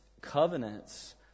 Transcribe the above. covenants